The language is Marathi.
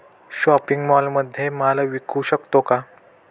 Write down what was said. शॉपिंग मॉलमध्ये माल विकू शकतो का?